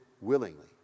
willingly